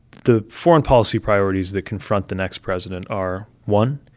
the foreign policy priorities that confront the next president are, one,